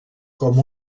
com